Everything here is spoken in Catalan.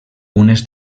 unes